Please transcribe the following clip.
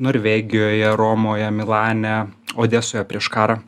norvegijoje romoje milane odesoje prieš karą